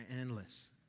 endless